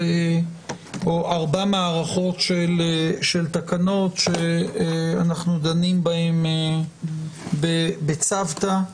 ארבע מערכות של תקנות שאנחנו דנים בהן בצוותא.